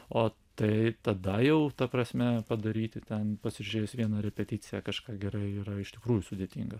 o tai tada jau ta prasme padaryti ten pasižiūrėjus vieną repeticiją kažką gerai yra iš tikrųjų sudėtinga